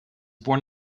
born